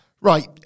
Right